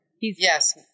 Yes